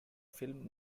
film